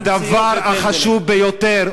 הדבר החשוב ביותר,